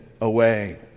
away